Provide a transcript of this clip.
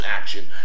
action